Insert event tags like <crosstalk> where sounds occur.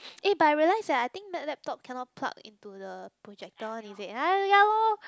eh but I realise eh I think Mac laptop cannot plug into the projector one is it <noise> ya lor